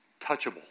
touchable